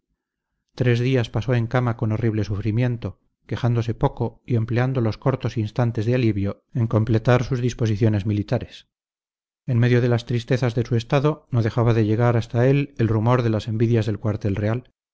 tres días pasó en cama con horrible sufrimiento quejándose poco y empleando los cortos instantes de alivio en completar sus disposiciones militares en medio de las tristezas de su estado no dejaba de llegar hasta él el rumor de las envidias del cuartel real